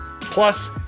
Plus